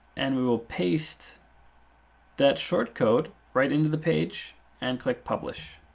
and we will paste that short code right into the page and click publish.